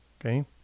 okay